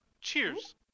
cheers